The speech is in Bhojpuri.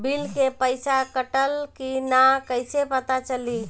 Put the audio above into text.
बिल के पइसा कटल कि न कइसे पता चलि?